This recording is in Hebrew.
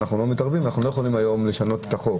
אנחנו עומדים על 56 חוקי עזר.